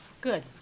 Good